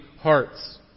hearts